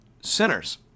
sinners